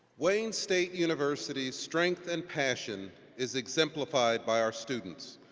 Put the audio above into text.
wayne state university's strength and passion is exemplified by our students,